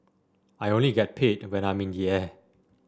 I only get paid when I'm in the air